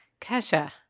Kesha